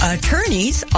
Attorneys